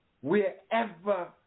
wherever